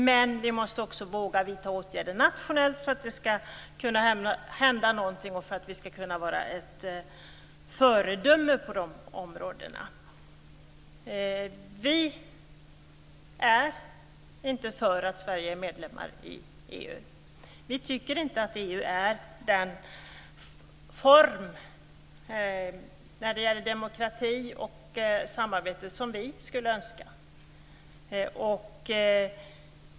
Men vi måste också våga vidta åtgärder nationellt för att det ska kunna hända någonting och för att vi ska kunna vara ett föredöme på dessa områden. Vi är inte för att Sverige är medlem i EU. Vi tycker inte att EU är den form när det gäller demokrati och samarbete som vi skulle önska.